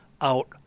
out